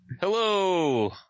Hello